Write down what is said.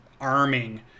arming